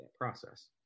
process